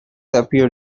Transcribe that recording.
appear